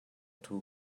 ṭhu